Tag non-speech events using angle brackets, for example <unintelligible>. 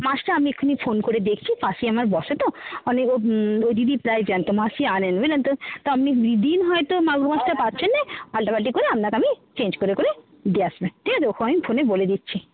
মাছটা আমি এখনই ফোন করে দেখছি পাশেই আমার বসে তো <unintelligible> ওই দিদি প্রায় জ্যান্ত মাছই আনেন বুঝলেন তো <unintelligible> আপনি <unintelligible> দিন হয়তো মাগুর মাছটা পাচ্ছেন না পাল্টাপাল্টি করে আপনাকে আমি চেঞ্জ করে করে দিয়ে আসবে ঠিক আছে ওকেও আমি ফোনে বলে দিচ্ছি